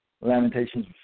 Lamentations